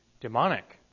demonic